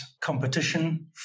competition